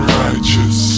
righteous